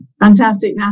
Fantastic